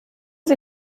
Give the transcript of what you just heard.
sie